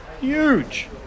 huge